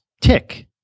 tick